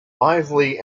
lively